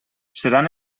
seran